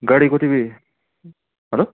गाडीको तिमी हेलो